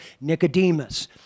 Nicodemus